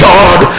God